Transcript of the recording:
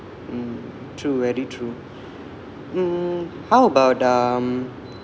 mmhmm true very true mm how about um